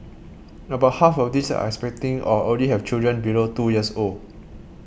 about half of these are expecting or already have children below two years old